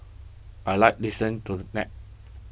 I like listen to the nap